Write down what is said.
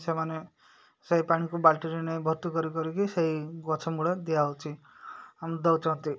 ସେମାନେ ସେଇ ପାଣିକୁ ବାଲଟିରେ ନେଇ ଭର୍ତ୍ତି କରି କରିକି ସେଇ ଗଛ ମୂଳେ ଦିଆହେଉଛି ଦଉଛନ୍ତି